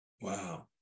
Wow